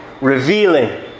revealing